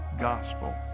gospel